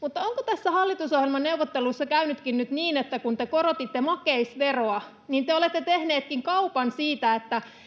mutta onko tässä hallitusohjelmaneuvottelussa käynytkin nyt niin, että kun te korotitte makeisveroa, niin te olette tehneetkin kaupan siitä,